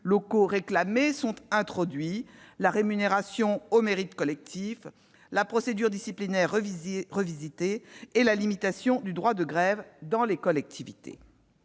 locaux réclamaient sont introduits : la rémunération au mérite collectif, la procédure disciplinaire révisée et la limitation du droit de grève dans les collectivités.